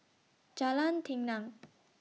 Jalan Tenang